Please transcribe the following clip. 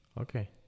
okay